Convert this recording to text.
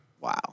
Wow